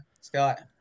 Scott